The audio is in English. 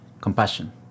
compassion